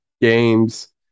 games